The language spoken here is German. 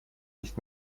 nicht